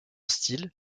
style